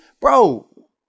bro